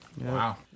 Wow